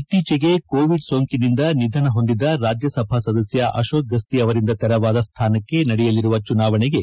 ಇಕ್ತೀಚಿಗೆ Covid ಸೋಂಕಿನಿಂದ ನಿಧನ ಹೊಂದಿದ ರಾಜ್ಯಸಭಾ ಸದಸ್ಯ ಅಶೋಕ್ ಗಸ್ತಿ ಅವರಿಂದ ತೆರವಾದ ಸ್ಯಾನಕ್ಕೆ ನಡೆಯಲಿರುವ ಚುನಾವಣೆಗೆ